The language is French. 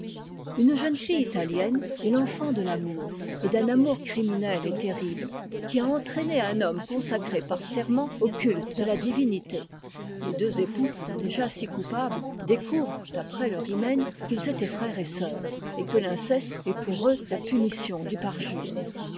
une jeune fille italienne est l'enfant de l'amour et d'un amour criminel et terrible qui a entraîné un homme consacré par serment au culte de la divinité les deux époux déjà si coupables découvrent après teur hymen qu'ils étaient frère et sœur et que l'inceste est pour eux la punition du parjure